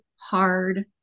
hard